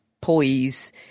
poise